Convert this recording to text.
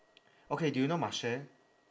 okay do you know marche